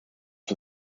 for